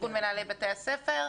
ארגון מנהלי בתי הספר,